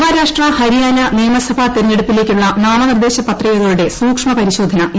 ന് മഹാരാഷ്ട്ര ഹരിയാന നിയമസഭാ തെരഞ്ഞെടുപ്പിലേക്കുള്ള നാമനിർദ്ദേശ പത്രികകളുടെ സൂക്ഷ്മപരിശോധന ഇന്ന് നടക്കും